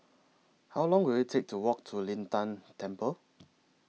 How Long Will IT Take to Walk to Lin Tan Temple